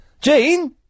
Jean